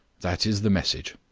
that is the message.